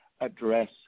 address